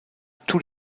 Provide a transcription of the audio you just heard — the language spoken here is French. tous